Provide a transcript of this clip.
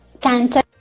cancer